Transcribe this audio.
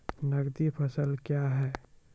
नगदी फसल क्या हैं?